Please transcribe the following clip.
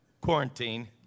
quarantine